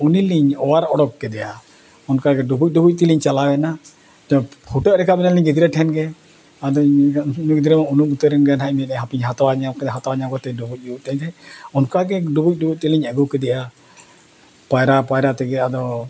ᱩᱱᱤ ᱞᱤᱧ ᱚᱣᱟᱨ ᱩᱰᱩᱠ ᱠᱮᱫᱮᱭᱟ ᱚᱱᱠᱟ ᱜᱮ ᱰᱩᱵᱩᱡ ᱰᱩᱵᱩᱡ ᱛᱮᱞᱤᱧ ᱪᱟᱞᱟᱣ ᱮᱱᱟ ᱢᱤᱫᱴᱟᱝ ᱯᱷᱩᱴᱟᱹᱜ ᱨᱟᱠᱟᱵ ᱮᱱᱟᱞᱤᱧ ᱜᱤᱫᱽᱨᱟᱹ ᱴᱷᱮᱱ ᱜᱮ ᱟᱫᱩᱧ ᱢᱮᱱᱮᱜᱼᱟ ᱩᱱᱤ ᱜᱤᱫᱽᱨᱟᱹ ᱢᱟ ᱩᱱᱩᱢ ᱩᱛᱟᱹᱨᱮᱱ ᱜᱮᱭᱟᱭ ᱱᱟᱜ ᱤᱧ ᱢᱮᱱᱮᱜᱼᱟ ᱦᱟᱯᱮᱧ ᱦᱟᱛᱣᱟ ᱧᱟᱢ ᱠᱟᱛᱮᱫ ᱦᱟᱛᱣᱟ ᱧᱟᱢ ᱠᱟᱛᱮᱫ ᱰᱩᱵᱩᱡ ᱮᱱᱜᱮ ᱚᱱᱠᱟ ᱜᱮ ᱰᱩᱵᱩᱡ ᱰᱩᱵᱩᱡ ᱛᱮᱞᱤᱧ ᱟᱹᱜᱩ ᱠᱮᱫᱮᱭᱟ ᱯᱟᱭᱨᱟ ᱯᱟᱭᱨᱟ ᱛᱮᱜᱮ ᱟᱫᱚ